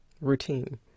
routine